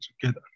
together